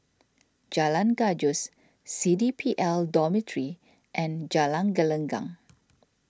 Jalan Gajus C D P L Dormitory and Jalan Gelenggang